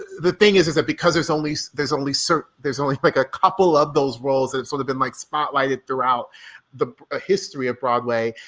the thing is, is that because there's only so there's only certain, there's only like a couple of those roles that sort of been like spotlighted throughout the ah history of broadway.